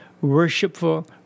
worshipful